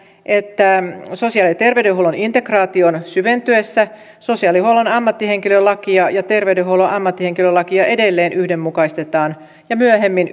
että sosiaali ja terveydenhuollon integraation syventyessä sosiaalihuollon ammattihenkilölakia ja terveydenhuollon ammattihenkilölakia edelleen yhdenmukaistetaan ja että ne myöhemmin